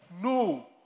No